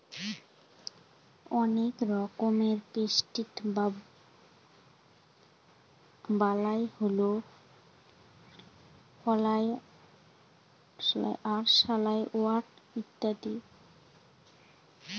অনেক রকমের পেস্ট বা বালাই হল ফ্লাই, আরশলা, ওয়াস্প ইত্যাদি